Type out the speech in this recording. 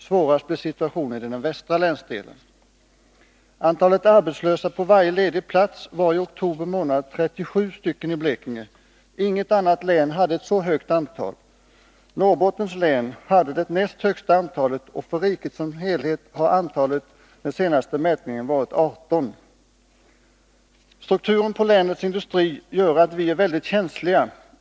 Svårast blir situationen i den västra länsdelen. Antalet arbetslösa på varje ledig plats var i oktober månad 37 i Blekinge. Inget annat län hade ett så högt antal. Norrbottens län hade det näst högsta antalet, och för riket som helhet var antalet vid den senaste mätningen 18. Strukturen på länets industri gör att vi är mycket känsliga.